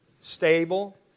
stable